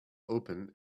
open